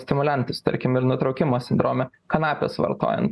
stimuliantus tarkim ir nutraukimo sindrome kanapes vartojant